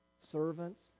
servants